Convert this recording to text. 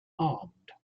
armed